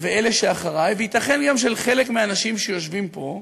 ואלה שאחרי, וייתכן גם שלחלק מהאנשים שיושבים פה,